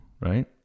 right